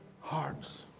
hearts